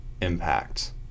impact